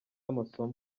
amasomo